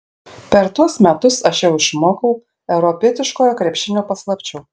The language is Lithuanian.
per tuos metus aš jau išmokau europietiškojo krepšinio paslapčių